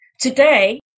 Today